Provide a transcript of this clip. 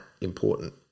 important